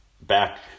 back